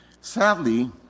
Sadly